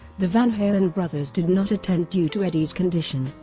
the van halen brothers did not attend due to eddie's condition.